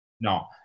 No